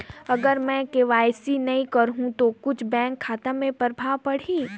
अगर मे के.वाई.सी नी कराहू तो कुछ बैंक खाता मे प्रभाव पढ़ी?